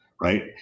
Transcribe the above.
right